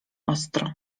ostro